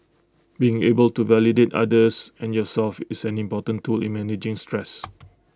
being able to validate others and yourself is an important tool in managing stress